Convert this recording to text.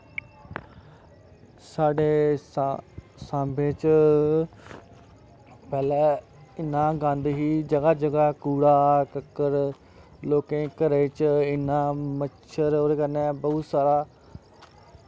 साढ़े साम्बे च पैह्लै इन्ना गंद ही जगह जगह कूड़ा ककर लोकें घरै च इन्ना मच्छर ओह्दे कन्नै बोह्त सारा